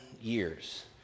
years